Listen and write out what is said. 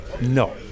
No